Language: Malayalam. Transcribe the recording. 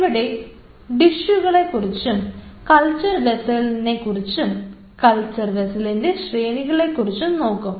അവിടെ ഡിഷുകളെ കുറിച്ചും കൾച്ചർ വെസ്സലിനെ കുറിച്ചും കൾച്ചർ വെസ്സലിൻറെ ശ്രേണികളെ കുറിച്ചും നോക്കും